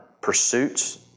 pursuits